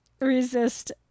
resist